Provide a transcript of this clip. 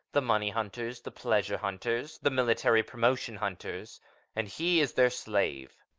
the money hunters, the pleasure hunters, the military promotion hunters and he is their slave.